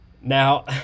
Now